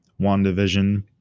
WandaVision